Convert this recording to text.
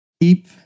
Keep